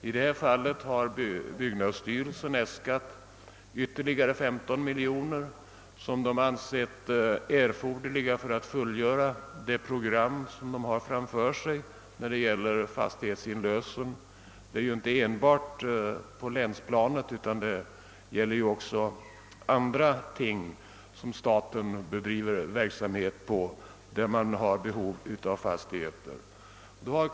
I detta fall har byggnadsstyrelsen äskat ytterligare 15 miljoner kronor som man ansett erforderliga för att fullgöra det program beträffande fastighetsinlösen som man har framför sig. Detta avser inte enbart länsplanet utan även andra områden där staten bedriver verksamhet och har behov av fastigheter.